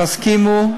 תסכימו.